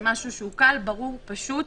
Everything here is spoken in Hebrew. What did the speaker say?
זה קל, ברור, פשוט.